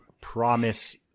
promise